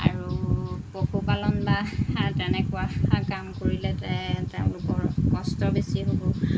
আৰু পশুপালন বা তেনেকুৱা কাম কৰিলে তে তেওঁলোকৰ কষ্ট বেছি হ'ব